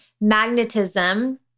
Magnetism